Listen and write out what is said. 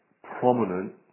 prominent